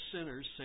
sinners